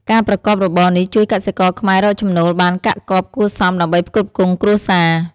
ការប្រកបរបរនេះជួយកសិករខ្មែររកចំណូលបានកាក់កបគួរសម ដើម្បីផ្គត់ផ្គង់គ្រួសារ។